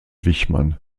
wichmann